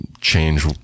change